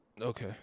Okay